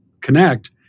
connect